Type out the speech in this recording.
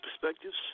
perspectives